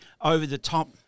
over-the-top